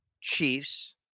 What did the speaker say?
chiefs